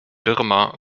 birma